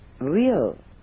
real